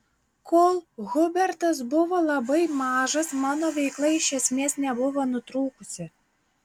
kol hubertas buvo labai mažas mano veikla iš esmės nebuvo nutrūkusi